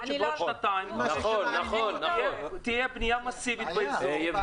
יכול להיות שבעוד שנתיים תהיה בנייה מסיבית באזור ויהיה